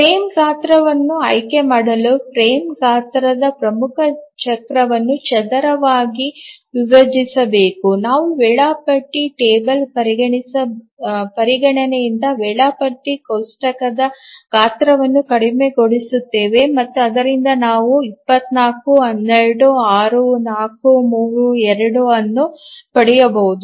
frame ಗಾತ್ರವನ್ನು ಆಯ್ಕೆ ಮಾಡಲು ಫ್ರೇಮ್ ಗಾತ್ರವು ಪ್ರಮುಖ ಚಕ್ರವನ್ನು ಚದರವಾಗಿ ವಿಭಜಿಸಬೇಕು ನಾವು ವೇಳಾಪಟ್ಟಿ ಟೇಬಲ್ ಪರಿಗಣನೆಯಿಂದ ವೇಳಾಪಟ್ಟಿ ಕೋಷ್ಟಕದ ಗಾತ್ರವನ್ನು ಕಡಿಮೆಗೊಳಿಸುತ್ತೇವೆ ಮತ್ತು ಆದ್ದರಿಂದ ನಾವು 24 12 6 4 3 2 ಅನ್ನು ಪಡೆಯಬಹುದು